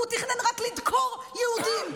והוא תכנן רק לדקור יהודים.